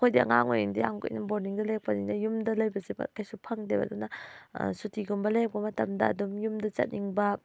ꯑꯩꯈꯣꯏꯗꯤ ꯑꯉꯥꯡ ꯑꯣꯏꯔꯤꯉꯩꯗꯒꯤ ꯌꯥꯝ ꯀꯨꯏꯅ ꯕꯣꯔꯗꯤꯡꯗ ꯂꯩꯔꯛꯄꯅꯤꯅ ꯌꯨꯝꯗ ꯂꯩꯕꯁꯤ ꯀꯩꯁꯨ ꯐꯪꯗꯦꯕ ꯑꯗꯨꯅ ꯁꯨꯇꯤꯒꯨꯝꯕ ꯂꯩꯔꯛꯄ ꯃꯇꯝꯗ ꯑꯗꯨꯝ ꯌꯨꯝꯗ ꯆꯠꯅꯤꯡꯕ